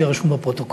שיהיה רשום בפרוטוקול,